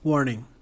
Warning